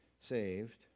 saved